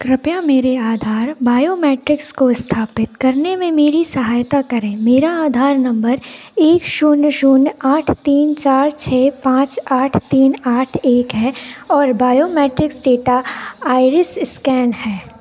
कृपया मेरे आधार बायोमेट्रिक्स को स्थापित करने में मेरी सहायता करें मेरा आधार नंबर एक शून्य शून्य आठ तीन चार छः पाँच आठ तीन आठ एक है और बायोमेट्रिक्स डेटा आइरिस स्कैन है